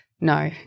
No